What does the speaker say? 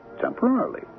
temporarily